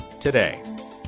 today